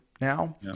now